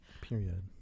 Period